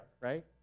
right